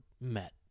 met